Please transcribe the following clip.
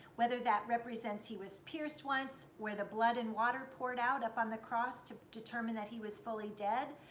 whether that represents he was pierced once where the blood and water poured out up on the cross to determine that he was fully dead,